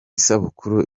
isabukuru